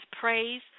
praise